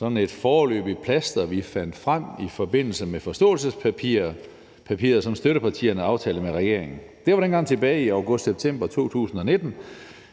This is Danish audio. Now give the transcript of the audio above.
var et foreløbigt plaster, vi fandt frem i forbindelse med forståelsespapiret – papiret, som støttepartierne udformede sammen med regeringen. Det var tilbage i august-september 2019,